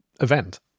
event